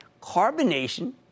Carbonation